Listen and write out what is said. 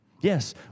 Yes